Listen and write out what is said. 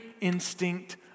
instinct